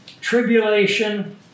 tribulation